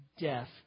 death